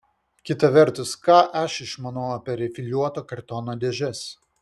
kita vertus ką aš išmanau apie rifliuoto kartono dėžes